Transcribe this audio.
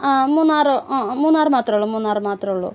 ആ മൂന്നാർ ആ മൂന്നാർ മാത്രം ഉള്ളു മൂന്നാർ മാത്രം ഉള്ളു